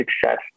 success